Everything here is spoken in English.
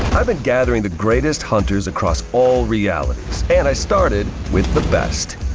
i've been gathering the greatest hunters across all realities and i started with the best.